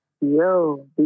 Yo